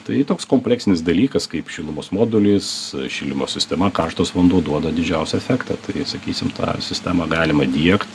tai toks kompleksinis dalykas kaip šilumos modulis šildymo sistema karštas vanduo duoda didžiausią efektą tai sakysim tą sistemą galima diegt